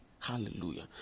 Hallelujah